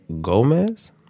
Gomez